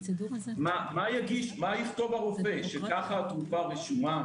מה יכתוב הרופא שכך התרופה רשומה?